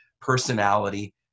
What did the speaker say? personality